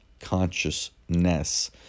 consciousness